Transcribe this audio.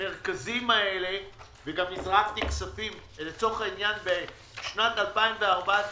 הזרמתי כספים ב-2014,